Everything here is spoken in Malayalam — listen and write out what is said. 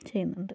ചെയ്യുന്നുണ്ട്